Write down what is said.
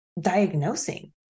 diagnosing